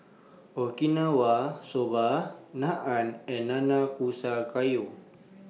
Okinawa Soba Naan and Nanakusa Gayu